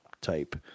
type